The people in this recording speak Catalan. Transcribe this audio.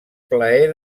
plaer